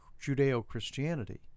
Judeo-Christianity